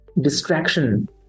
distraction